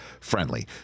friendly